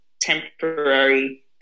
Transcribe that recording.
temporary